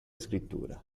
scrittura